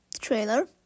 trailer